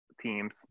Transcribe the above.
teams